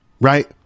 right